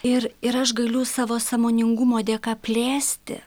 ir ir aš galiu savo sąmoningumo dėka plėsti